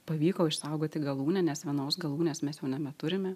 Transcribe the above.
pavyko išsaugoti galūnę nes vienos galūnės mes jau nebeturime